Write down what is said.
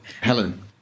Helen